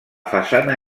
façana